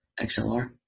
XLR